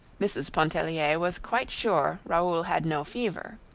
mrs. pontellier was quite sure raoul had no fever.